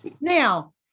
now